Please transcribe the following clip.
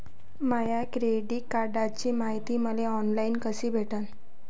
माया credit कार्डची मायती मले ऑनलाईन कसी भेटन?